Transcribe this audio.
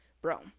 bro